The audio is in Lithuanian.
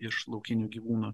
iš laukinių gyvūnų